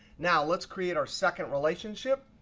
now let's create our second relationship.